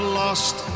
lost